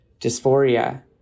dysphoria